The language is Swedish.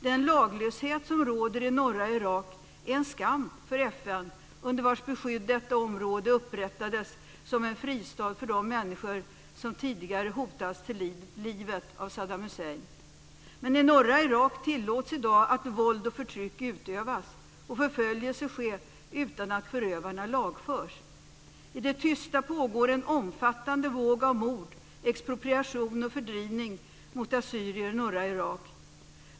Den laglöshet som råder i norra Irak är en skam för FN, under vars beskydd detta område upprättades som en fristad för de människor som tidigare hotats till livet av Saddam Hussein. Men i norra Irak tillåts i dag att våld och förtryck utövas och förföljelse sker utan att förövarna lagförs. I det tysta pågår en omfattande våg av mord, expropriation och fördrivning av assyrier i norra Irak.